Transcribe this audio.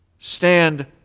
Stand